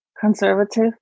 conservative